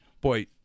Boy